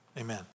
amen